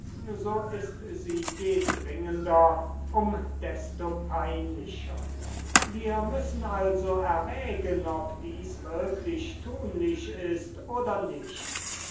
so ist sie je dringender um desto peinlicher wir müssen also erwägen ob dies wirklich tunlich ist oder nicht